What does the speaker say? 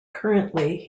currently